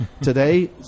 today